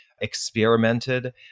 experimented